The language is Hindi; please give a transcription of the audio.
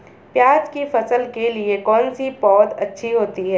प्याज़ की फसल के लिए कौनसी पौद अच्छी होती है?